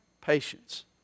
Patience